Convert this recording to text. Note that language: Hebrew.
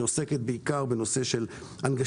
שעוסק בעיקר בהנגשת